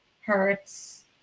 hurts